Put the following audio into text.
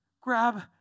grab